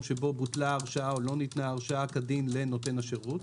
שבו בוטלה הרשאה או לא ניתנה הרשאה כדין לנותן השירות,